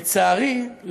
לצערי,